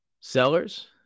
sellers